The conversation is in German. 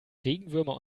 regenwürmer